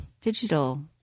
digital